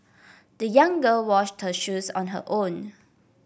the young girl washed her shoes on her own